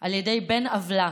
על ידי בן עוולה,